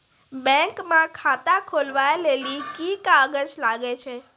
Bank म खाता खोलवाय लेली की की कागज लागै छै?